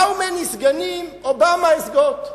how סגנים Obama has got?